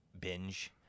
binge